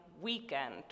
weekend